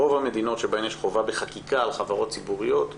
ברוב המדינות שבהן יש חובה בחקיקה על חברות ציבוריות,